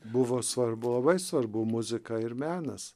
buvo svarbu labai svarbu muzika ir menas